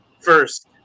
First